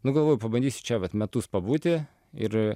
nu galvojau pabandysiu čia vat metus pabūti ir